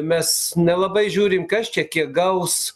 mes nelabai žiūrim kas čia kiek gaus